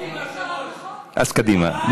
אז קדימה.